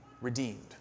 redeemed